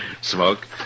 Smoke